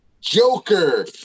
joker